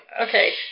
Okay